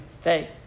faith